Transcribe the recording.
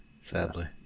Sadly